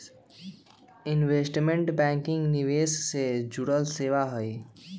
investment banking निवेश से जुड़ल सेवा हई